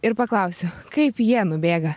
ir paklausiu kaip jie nubėga